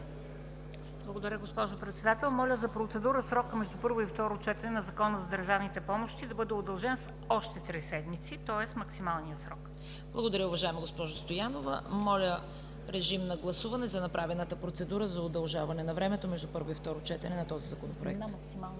Благодаря, госпожо Председател. Моля за процедура срокът между първо и второ четене на Закона за държавните помощи да бъде удължен с още три седмици, тоест максималния срок. ПРЕДСЕДАТЕЛ ЦВЕТА КАРАЯНЧЕВА: Благодаря, уважаема госпожо Стоянова. Моля, режим на гласуване за направената процедура за удължаване на времето между първо и второ четене на този Законопроект